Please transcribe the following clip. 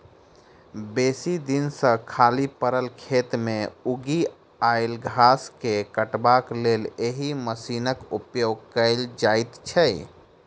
बेसी दिन सॅ खाली पड़ल खेत मे उगि आयल घास के काटबाक लेल एहि मशीनक उपयोग कयल जाइत छै